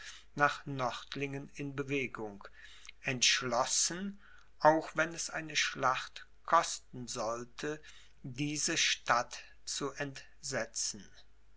nach nördlingen in bewegung entschlossen auch wenn es eine schlacht kosten sollte diese stadt zu entsetzen